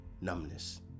numbness